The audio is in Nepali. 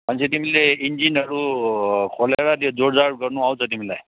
भनेपछि तिमीले इन्जिनहरू खोलेर त्यो जोडजाड गर्नु आउँछ तिमीलाई